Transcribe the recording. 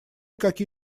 какие